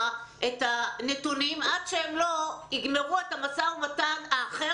את הנתונים עד שהן לא יגמרו את המשא ומתן האחר